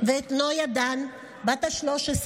ולא על נויה דן בת ה-13,